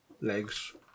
legs